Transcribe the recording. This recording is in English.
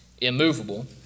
immovable